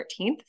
13th